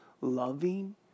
loving